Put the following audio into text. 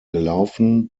gelaufen